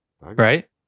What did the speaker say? right